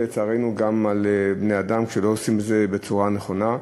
ולצערנו גם על בני-אדם כשלא עושים זה בצורה נכונה.